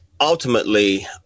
ultimately